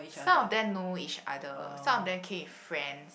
some of them is know other some of them came with friends